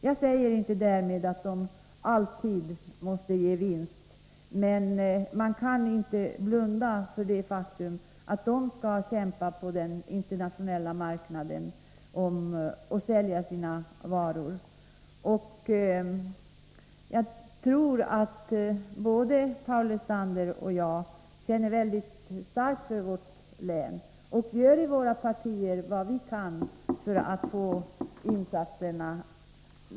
Jag säger därmed inte att de alltid måste ge vinst, men man kan inte blunda för det faktum att de skall kämpa på den internationella marknaden och sälja sina varor. Jag tror att både Paul Lestander och jag känner mycket starkt för vårt län och gör vad vi kan i våra partier för att insatser skall komma till stånd.